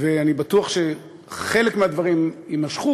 ואני בטוח שחלק מהדברים יימשכו,